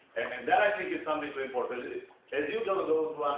and that, i think, is something to import. cause ah as you're going to go through